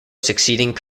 succeeding